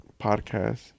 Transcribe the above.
podcast